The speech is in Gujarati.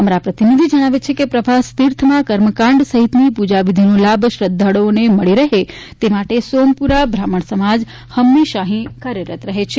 અમારા પ્રતિનિધિ જણાવે છે કે પ્રભાસ તિર્થમાં કર્મકાંડ સહિતની પૂજાવિધિનો લાભ શ્રધ્ધાળુઓને મળી રહે તે માટે સોમપુરા બ્રાહ્મણ સમાજ હંમેશા અહીં કાર્યરત રહે છે